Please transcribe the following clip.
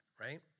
right